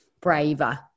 braver